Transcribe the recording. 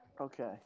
Okay